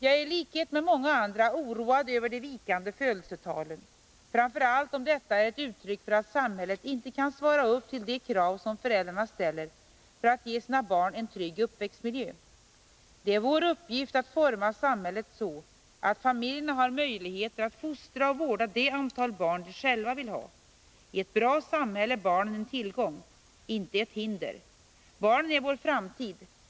Jag är i likhet med många andra oroad över de vikande födelsetalen, framför allt om detta är ett uttryck för att samhället inte kan svara upp till de krav som föräldrarna ställer för att ge sina barn en trygg uppväxtmiljö. Det är vår uppgift att forma samhället så att familjerna har möjligheter att fostra och vårda det antal barn de själva vill ha. I ett bra samhälle är barnen en tillgång, inte ett hinder. Barnen är vår framtid.